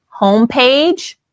homepage